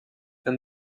than